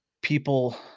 People